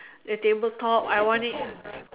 the table top I want it